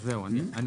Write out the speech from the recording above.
הצבעה לא אושר.